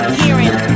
hearing